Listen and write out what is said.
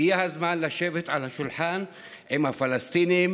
הגיע הזמן לשבת על השולחן עם הפלסטינים